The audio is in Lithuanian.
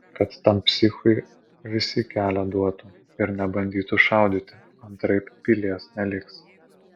kad tam psichui visi kelią duotų ir nebandytų šaudyti antraip pilies neliks